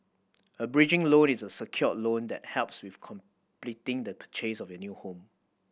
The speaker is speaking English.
a bridging loan is a secured loan that helps with completing the purchase of your new home